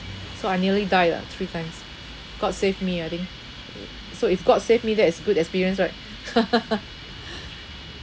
so I nearly die lah three times god saved me I think so if god saved me then it's good experience right